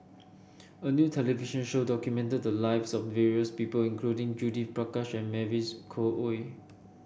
a new television show documented the lives of various people including Judith Prakash and Mavis Khoo Oei